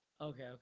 Okay